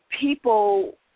people